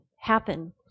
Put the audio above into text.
happen